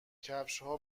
کفشها